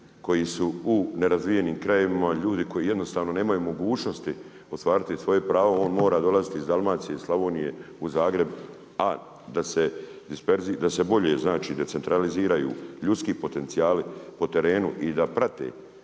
koji su u nerazvijenim krajevima, ljudi koji jednostavno nemaju mogućnost ostvariti svoje pravo, on mora dolaziti iz Dalmacije, Slavonije u Zagreb a da se bolje znači decentraliziraju ljudski potencijali, po terenu i da prate